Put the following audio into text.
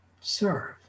serve